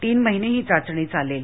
तीन महिने ही चाचणी चालेल